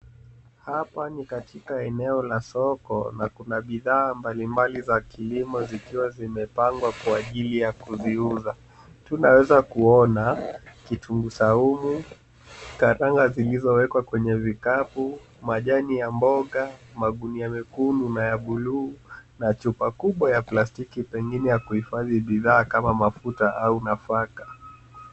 Hapa ni katika eneo la soko na kuna bidhaa mbalimbali za kilimo zikiwa zimepangwa kwa ajili ya kuziuza. Tunaweza kuona kitunguu saumu, karanga zilizowekwa kwenye vikapu, majani ya mboga, magunia mekundu na ya bluu na chupa kubwa ya plastiki pengine ya kuhifadhi bidhaa kama mafuta au nafaka.